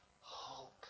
hope